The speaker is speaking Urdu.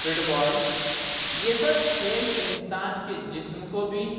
فٹ بال یہ سب کھیل انسان کے جسم کو بھی